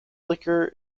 liquor